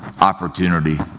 opportunity